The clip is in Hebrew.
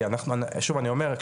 שוב אני אומר,